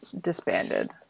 disbanded